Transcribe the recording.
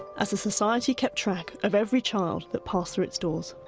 as the society kept track of every child that passed through its doors.